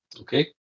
Okay